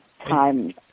time